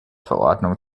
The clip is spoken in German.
verordnung